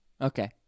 Okay